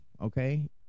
okay